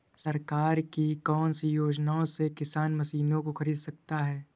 सरकार की कौन सी योजना से किसान मशीनों को खरीद सकता है?